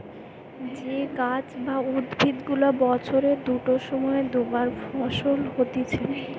যে গাছ বা উদ্ভিদ গুলা বছরের দুটো সময় দু বার ফল হতিছে